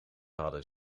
hadden